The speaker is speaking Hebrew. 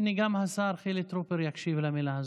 הינה, גם השר חילי טרופר יקשיב למילה הזו.